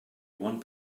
one